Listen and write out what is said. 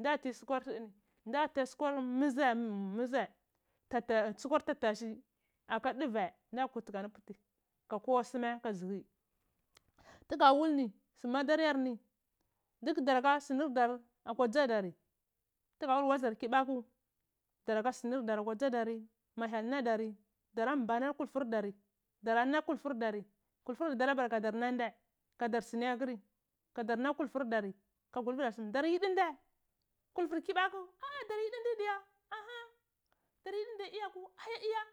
Nda ti sukwar ti unini nda ti sukwar mhizdhe sukwar tafa shai aka ɗuuai nda puti ka ndu puti kakowa suma ka dzi hui tuga wul ni sur maɗaryormi duk daraka sunur dari akwa ɗzadari mu hyel nadari dara mbana kulfur dari dara na kulfur dari kulfur dari abala nnhe ndai kadar snu dtruri ka kulfurdari kadar yidi ndhoh kulfur kibaki ai dar tidi ndi diga aha dar yidi ndeh iya ko